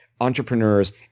entrepreneurs